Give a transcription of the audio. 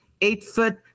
eight-foot